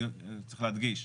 צריך להדגיש,